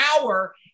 hour